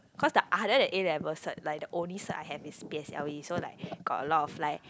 cause the other than A-level cert like the only cert I have is P_S_L_E so like got a lot of fly